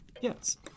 Yes